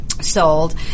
sold